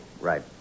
Right